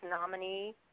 nominee